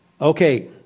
okay